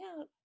out